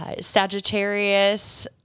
Sagittarius